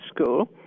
school